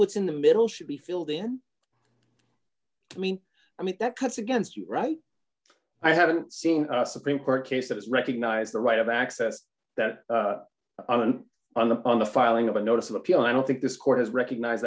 what's in the middle should be filled in i mean i mean that cuts against you right i haven't seen a supreme court case that has recognized the right of access that on and on the on the filing of a notice of appeal i don't think this court has recognize